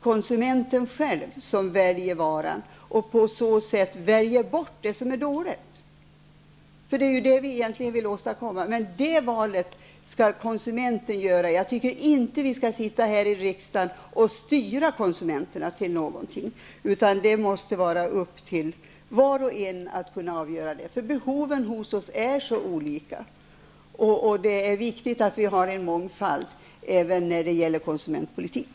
Konsumenten väljer själv varan och väljer på så sätt bort det som är dåligt. Det är ju vad vi egentligen vill åstadkomma. Det valet, emellertid, skall konsumenten göra. Vi skall inte sitta här i riksdagen och styra konsumenterna till något, utan det skall vara upp till var och en att avgöra. Behoven hos oss är ju så olika. Mångfalden är viktig även när det gäller konsumentpolitik.